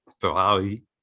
Ferrari